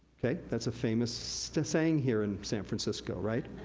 that's a famous saying here in san francisco, right?